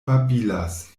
babilas